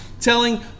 telling